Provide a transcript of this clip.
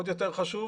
ועוד יותר חשוב,